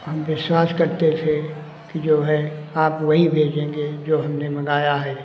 हम विश्वास करते थे कि जो है आप वही भेजेंगे जो हमने मँगाया है